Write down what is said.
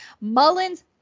Mullins